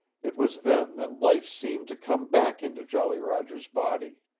it was then that life seemed to come back into jolly roger's body.